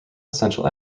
essential